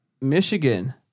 Michigan